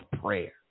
prayer